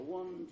one